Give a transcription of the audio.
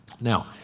Now